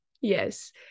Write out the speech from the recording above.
Yes